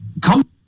Come